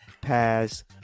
pass